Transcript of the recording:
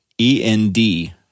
E-N-D